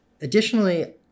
Additionally